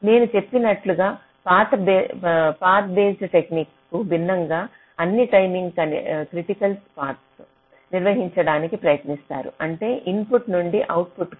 నేను చెప్పినట్లుగా path based technique కు భిన్నంగా అన్ని టైమింగ్ క్రిటికల్ పాత్ నిర్వహించడానికి ప్రయత్నిస్తారు అంటే ఇన్పుట్ నుండి అవుట్పుట్లకు